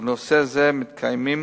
ובנושא זה מתקיימים